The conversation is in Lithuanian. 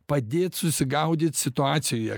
padėt susigaudyt situacijoje